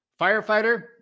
firefighter